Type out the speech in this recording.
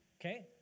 Okay